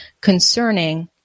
concerning